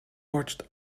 watched